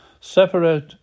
separate